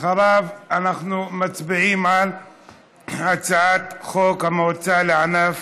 ואחריו אנחנו מצביעים על הצעת חוק המועצה לענף